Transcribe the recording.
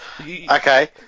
Okay